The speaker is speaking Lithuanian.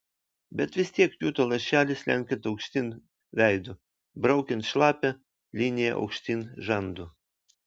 bet vis tiek juto lašelį slenkant aukštyn veidu braukiant šlapią liniją aukštyn žandu